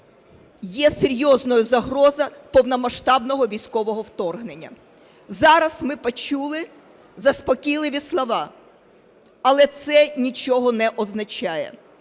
є серйозною загроза повномасштабного військового вторгнення. Зараз ми почули заспокійливі слова, але це нічого не означає.